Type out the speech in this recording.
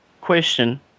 question